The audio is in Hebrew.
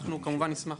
אנחנו, כמובן, נשמח.